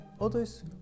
others